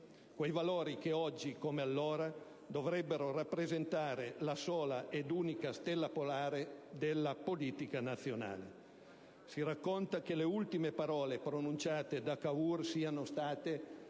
Quei valori che oggi come allora dovrebbero rappresentare la sola ed unica stella polare della politica nazionale. Si racconta che le ultime parole pronunciate da Cavour siano state